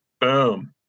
Boom